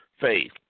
faith